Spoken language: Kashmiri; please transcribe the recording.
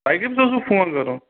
توہہِ کٔمِس اوسوٕ فون کرُن